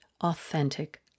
authentic